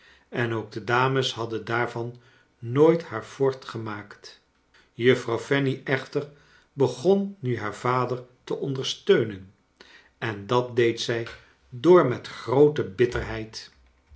en ook de dames hadden daarvan nooit liaar fort gemaakt jui'frouw eanny echter begon nu haar vader te ondorsteunen en dat deed zij door met groote bitterheid